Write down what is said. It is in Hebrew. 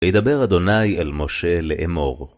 וידבר אדוני אל משה לאמור.